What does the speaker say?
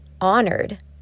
honored